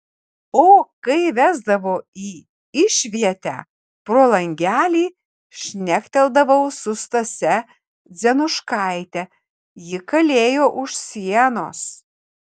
o kai vesdavo į išvietę pro langelį šnekteldavau su stase dzenuškaite ji kalėjo už sienos